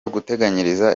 guteganyiriza